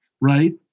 right